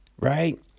right